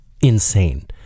insane